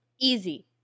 Easy